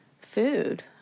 food